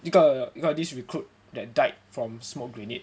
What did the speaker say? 一个一个 this recruit that died from smoke grenade